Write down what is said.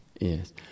Yes